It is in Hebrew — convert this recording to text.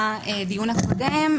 הדיון הקודם,